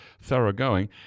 thoroughgoing